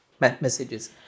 messages